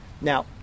Now